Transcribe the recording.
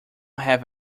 have